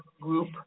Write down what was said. group